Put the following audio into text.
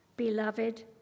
beloved